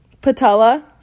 Patella